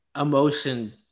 emotion